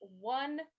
one